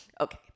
Okay